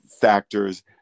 factors